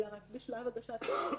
אלא רק בשלב הגשת כתב אישום,